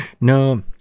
no